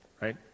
right